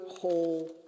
whole